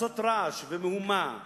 לעשות רעש ומהומה